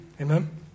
Amen